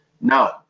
no